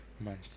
month